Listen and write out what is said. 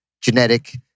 genetic